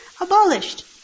abolished